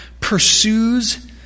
pursues